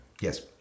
Yes